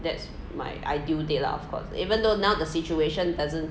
that's my ideal date lah of course even though now the situation doesn't